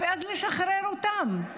ואז ישחררו אותם.